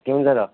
Keonjhar